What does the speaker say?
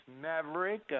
Maverick